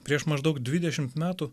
prieš maždaug dvidešimt metų